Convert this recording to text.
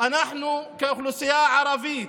אנחנו, כאוכלוסייה הערבית,